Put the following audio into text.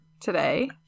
today